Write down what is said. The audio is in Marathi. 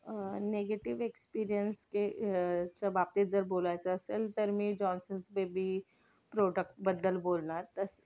निगेटिव्ह एक्सपीरियन्सच्या बाबतीत जर बोलायचं असेल तर मी जॉन्सन्स बेबी प्रोडक्टबद्दल बोलणार